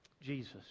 Jesus